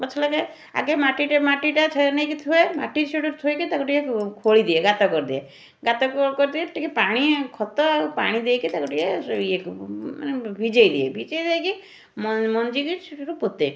ଗଛ ଲଗାଏ ଆଗେ ମାଟିଟେ ମାଟିଟା ନେଇକି ଥୁଏ ମାଟି ସେଇଠୁ ଥୋଇକି ତାକୁ ଟିକିଏ ଖୋଳିଦିଏ ଗାତ କରିଦିଏ ଗାତ କରିଦିଏ ଟିକିଏ ପାଣି ଖତ ଆଉ ପାଣିଦେଇକି ତାକୁ ଟିକିଏ ଇଏ ମାନେ ଭି ଭିଜେଇ ଦିଏ ଭିଜେଇ ଦେଇକି ମ ମଞ୍ଜିକି ସେଇଠୁ ପୋତେ